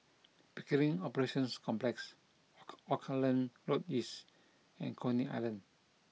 Pickering Operations Complex oak Auckland Road East and Coney Island